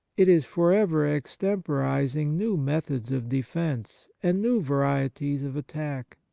it is for ever extemporizing new methods of defence and new varieties of attack.